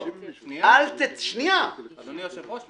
אני מסביר את הפורמט, שנייה, אדוני היושב-ראש.